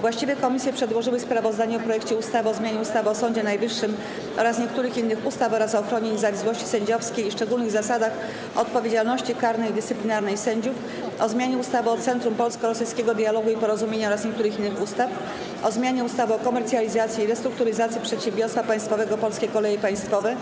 Właściwe komisje przedłożyły sprawozdania o projektach ustaw: - o zmianie ustawy o Sądzie Najwyższym oraz niektórych innych ustaw oraz o ochronie niezawisłości sędziowskiej i szczególnych zasadach odpowiedzialności karnej i dyscyplinarnej sędziów, - o zmianie ustawy o Centrum Polsko-Rosyjskiego Dialogu i Porozumienia oraz niektórych innych ustaw, - o zmianie ustawy o komercjalizacji i restrukturyzacji przedsiębiorstwa państwowego ˝Polskie Koleje Państwowe˝,